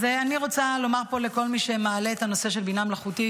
אז אני רוצה לומר פה לכל מי שמעלה את הנושא של בינה מלאכותית,